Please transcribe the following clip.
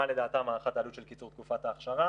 מה לדעתם הערכת העלות של קיצור תקופת האכשרה,